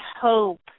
hope